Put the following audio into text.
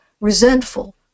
resentful